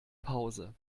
pause